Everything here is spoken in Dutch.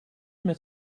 met